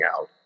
out